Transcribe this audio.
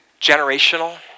generational